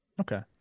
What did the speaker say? Okay